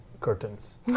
curtains